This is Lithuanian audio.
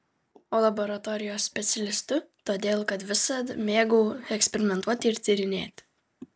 o laboratorijos specialistu todėl kad visad mėgau eksperimentuoti ir tyrinėti